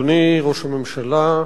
אדוני ראש הממשלה,